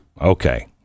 Okay